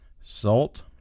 Salt